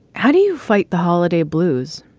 how do you fight the holiday blues?